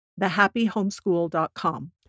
thehappyhomeschool.com